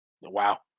Wow